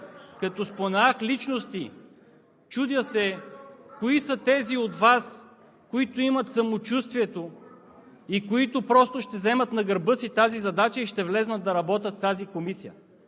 като споменах „личности“, чудя се кои са тези от Вас, които имат самочувствието и които просто ще вземат на гърба си тази задача и ще влязат да работят в тази комисия?